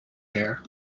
hare